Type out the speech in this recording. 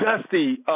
dusty